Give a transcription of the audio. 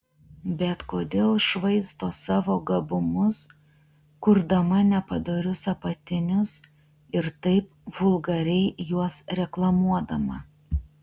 bet kodėl švaisto savo gabumus kurdama nepadorius apatinius ir taip vulgariai juos reklamuodama